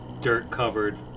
dirt-covered